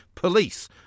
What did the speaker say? police